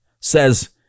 says